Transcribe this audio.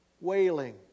wailing